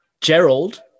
Gerald